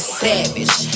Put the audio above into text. savage